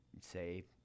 say